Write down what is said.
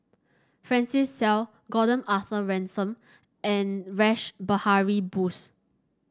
Francis Seow Gordon Arthur Ransome and Rash Behari Bose